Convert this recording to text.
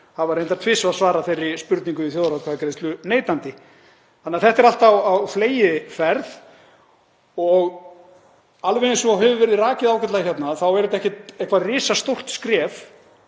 hafa reyndar tvisvar svarað þeirri spurningu í þjóðaratkvæðagreiðslu neitandi. Þannig að þetta er allt á fleygiferð og alveg eins og hefur verið rakið ágætlega hérna þá er það ekki eitthvert risastórt skref